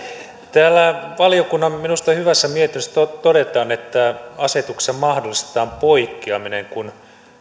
täällä valiokunnan minusta hyvässä mietinnössä todetaan että asetuksessa mahdollistetaan poikkeaminen kun